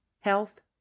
health